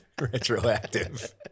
retroactive